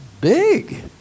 big